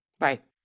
Right